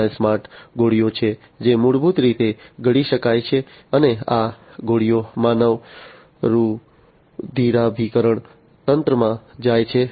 ત્યાં સ્માર્ટ ગોળીઓ છે જે મૂળભૂત રીતે ગળી શકાય છે અને આ ગોળીઓ માનવ રુધિરાભિસરણ તંત્રમાં જાય છે